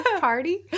Party